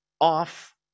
off